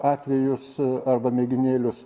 atvejus arba mėginėlius